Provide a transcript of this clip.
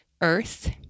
Earth